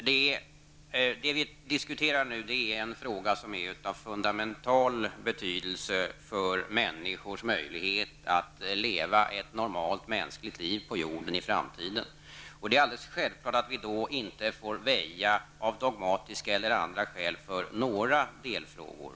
Herr talman! Det vi nu diskuterar är en fråga som är av fundamental betydelse för människors möjlighet att leva ett normalt mänskligt liv på jorden i framtiden. Det är självklart att vi då inte -- av dogmatiska eller andra skäl -- får väja för några delfrågor.